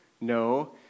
no